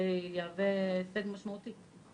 זה יהווה הישג משמעותי.